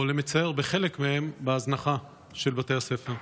או למרבה הצער, בחלק מהם, בהזנחה, של בתי הספר.